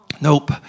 Nope